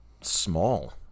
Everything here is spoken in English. small